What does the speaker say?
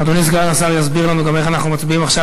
אדוני סגן השר יסביר לנו גם איך אנחנו מצביעים עכשיו